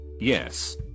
Yes